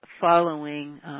following